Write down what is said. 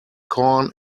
corn